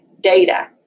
data